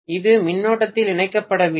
இது மின்னோட்டத்தில் இணைக்கப்படவில்லை